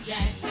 Jack